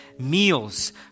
meals